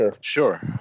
Sure